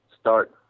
start